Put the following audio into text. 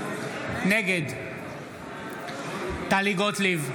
נגד טלי גוטליב,